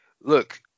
Look